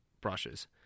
brushes